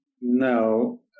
No